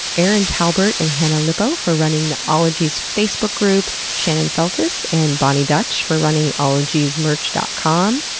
erin talbert and hannah lipow for running the ologies facebook group, shannon feltus and boni dutch for running ologiesmerch dot com.